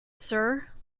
sir